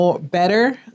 better